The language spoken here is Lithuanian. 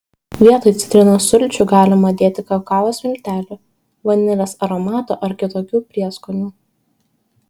vietoj citrinos sulčių galima dėti kakavos miltelių vanilės aromato ar kitokių prieskonių